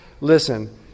listen